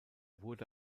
wurde